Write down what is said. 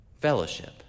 fellowship